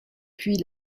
puis